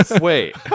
Wait